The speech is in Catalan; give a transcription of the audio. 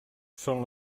són